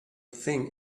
thing